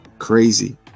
Crazy